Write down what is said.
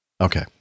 Okay